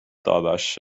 داداشت